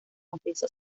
confiesa